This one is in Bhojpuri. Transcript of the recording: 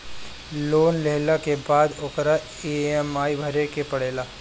लोन लेहला के बाद ओकर इ.एम.आई भरे के पड़ेला